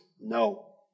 no